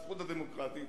"הזכות הדמוקרטית".